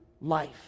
life